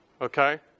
Okay